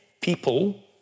people